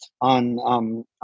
on